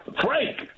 Frank